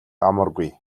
амаргүй